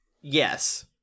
Yes